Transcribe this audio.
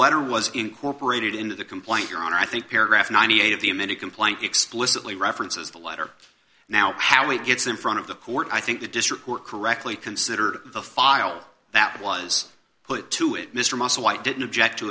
letter was incorporated into the complaint your honor i think paragraph ninety eight of the amended complaint explicitly references the letter now how it gets in front of the court i think the district court correctly consider the file that was put to it mr musselwhite didn't object to